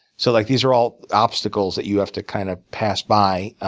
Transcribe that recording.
so like these are all obstacles that you have to kind of pass by.